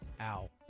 Ow